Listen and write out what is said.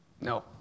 No